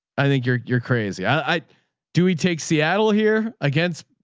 i think you're, you're crazy. yeah i do. we take seattle here against,